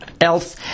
else